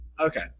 Okay